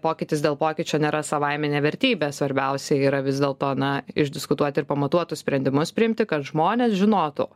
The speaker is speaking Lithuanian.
pokytis dėl pokyčio nėra savaiminė vertybė svarbiausia yra vis dėlto na išdiskutuot ir pamatuotus sprendimus priimti kad žmonės žinotų